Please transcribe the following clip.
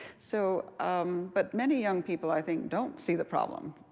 so um but many young people, i think, don't see the problem